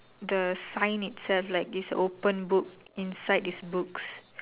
the sign itself like this open book inside is books